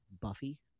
buffy